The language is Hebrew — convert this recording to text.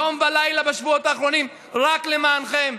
יום ולילה בשבועות האחרונים רק למענכם,